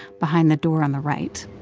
behind the door on the right.